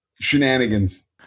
shenanigans